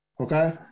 okay